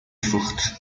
فروخت